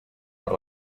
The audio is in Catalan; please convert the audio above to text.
per